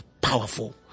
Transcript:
powerful